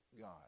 God